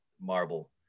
marble